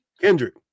Kendrick